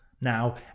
Now